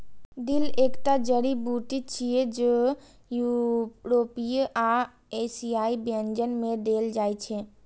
dill एकटा जड़ी बूटी छियै, जे यूरोपीय आ एशियाई व्यंजन मे देल जाइ छै